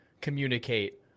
communicate